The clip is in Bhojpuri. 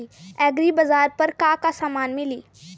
एग्रीबाजार पर का का समान मिली?